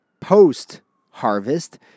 post-harvest